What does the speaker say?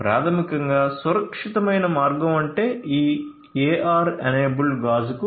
ప్రాథమికంగా సురక్షితమైన మార్గం అంటే ఈ AR ఎనేబుల్డ్ గాజుకు పంపబడుతుంది